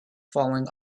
falling